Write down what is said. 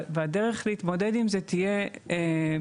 והדרך להתמודד עם זה תהיה,